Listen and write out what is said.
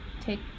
take